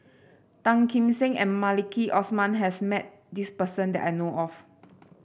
Tan Kim Seng and Maliki Osman has met this person that I know of